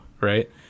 right